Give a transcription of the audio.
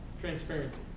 transparency